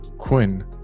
Quinn